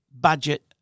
budget